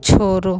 छोड़ो